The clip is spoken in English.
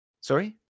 Sorry